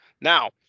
Now